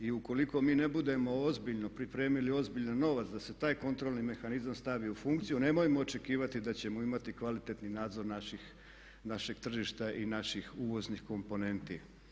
I ukoliko mi ne budemo ozbiljno pripremili ozbiljan novac da se taj kontrolni mehanizam stavi u funkciju nemojmo očekivati da ćemo imati kvalitetni nadzor našeg tržišta i naših uvoznih komponenti.